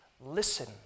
Listen